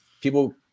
people